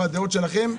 בדעות שלכם,